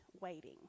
waiting